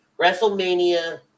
WrestleMania